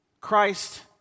Christ